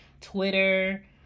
Twitter